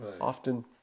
Often